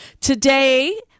Today